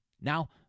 Now